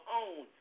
own